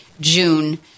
June